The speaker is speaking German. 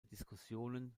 diskussionen